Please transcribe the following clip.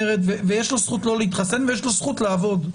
יש לו זכות לא להתחסן ויש לו זכות לעבוד.